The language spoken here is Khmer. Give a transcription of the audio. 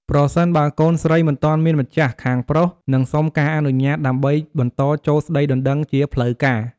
ប្រសិនបើកូនស្រីមិនទាន់មានម្ចាស់ ខាងប្រុសនឹងសុំការអនុញ្ញាតដើម្បីបន្តចូលស្តីដណ្តឹងជាផ្លូវការ។